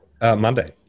Monday